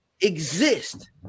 exist